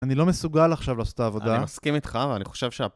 אני לא מסוגל עכשיו לעשות את העבודה. אני מסכים איתך ואני חושב שה...